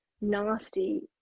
nasty